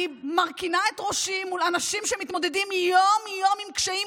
אני מרכינה את ראשי מול אנשים שמתמודדים יום-יום עם קשיים,